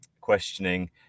questioning